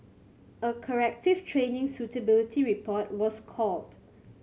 a corrective training suitability report was called